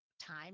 time